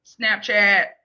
Snapchat